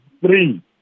three